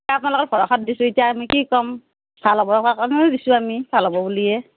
আপোনালোকৰ ভৰসাত দিছোঁ এতিয়া আমি কি ক'ম ভাল হ'ব লগা কাৰণেই দিছোঁ আমি ভাল হ'ব বুলিয়ে